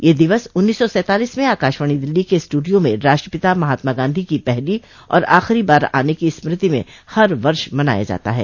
यह दिवस उन्नीस सौ सैतालिस में आकाशवाणी दिल्ली के स्टूडियो में राष्ट्रपिता महात्मा गांधी की पहली और आखिरी बार आने की स्मृति में हर वर्ष मनाया जाता है